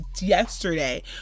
yesterday